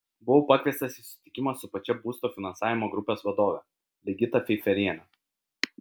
buvau pakviestas į susitikimą su pačia būsto finansavimo grupės vadove ligita feiferiene